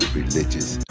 religious